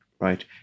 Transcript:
right